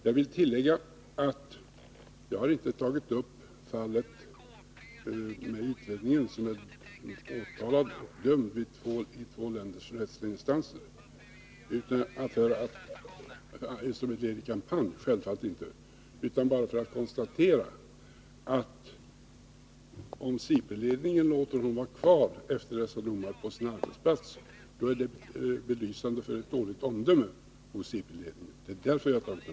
Jag vill tillägga att jag självfallet inte har tagit upp fallet med utlänningen som är åtalad och dömd i två länders rättsliga instanser som ett led i någon kampanj. Jag har gjort det för att konstatera att det är ett belysande exempel på dåligt omdöme hos SIPRI-ledningen, om den låter honom vara kvar på sin arbetsplats efter dessa domar.